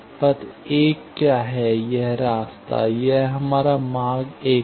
पथ 1 क्या है यह रास्ता यह हमारा मार्ग 1 था